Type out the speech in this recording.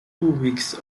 weeks